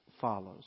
follows